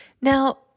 Now